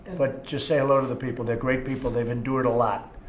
but just say hello to the people. they're great people, they've endured a lot.